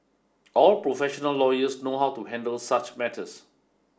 all professional lawyers know how to handle such matters